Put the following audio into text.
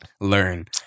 learn